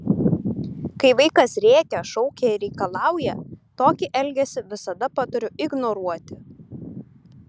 kai vaikas rėkia šaukia ir reikalauja tokį elgesį visada patariu ignoruoti